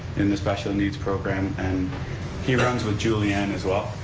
in the special needs program, and he runs with julianne, as well.